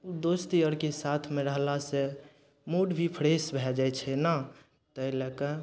उ दोस्त यारके साथमे रहलासँ मूड भी फ्रेश भए जाइ छै ने तै लए कऽ